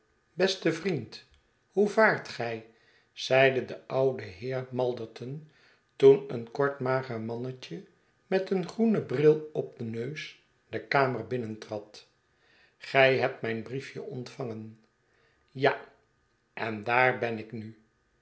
beste vriend hoe vaart gij zeide de oude heer malderton toen een kort mager mannetje met een groenen bril op den neus de kamer binnentrad gij hebt mijn brief e ontvangen ja en daar ben ik nu